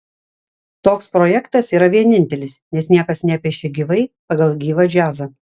toks projektas yra vienintelis nes niekas nepiešia gyvai pagal gyvą džiazą